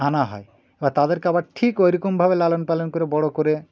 আনা হয় এবার তাদেরকে আবার ঠিক ওইরকমভাবে লালন পালন করে বড় করে